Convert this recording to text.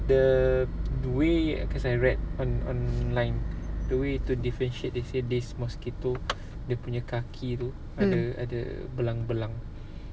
the way cause I read on online the way to differentiate they say this mosquito dia punya kaki tu ada ada belang-belang ada belang-belang